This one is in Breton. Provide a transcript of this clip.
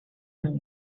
reoù